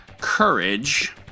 courage